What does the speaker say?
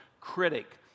critic